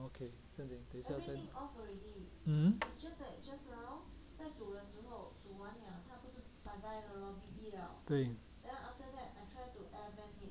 okay 那你等一下 just hmm 对